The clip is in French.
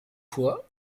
fois